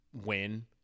win –